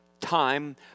time